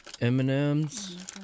M&M's